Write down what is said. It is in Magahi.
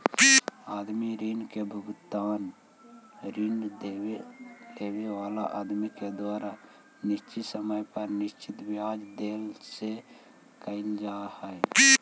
आदमी ऋण के भुगतान ऋण लेवे वाला आदमी के द्वारा निश्चित समय पर निश्चित ब्याज दर से कईल जा हई